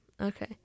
Okay